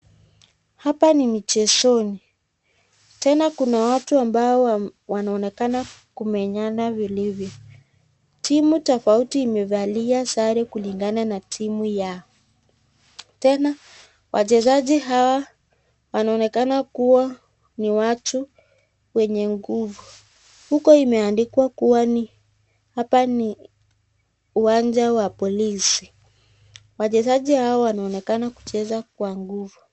Hapa ni michezoni tena kuna watu ambao wanaonekana kumenyana vilivyo. Timu tofauti imevalia sare kulingana na timu yao tena wachezaji hawa wanaonekana ni watu wenye nguvu huko imeandikwa kuwa hapa ni uwanja wa polisi. Wachezaji hawa wanaonekana kucheza kwa nguvu.